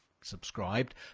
subscribed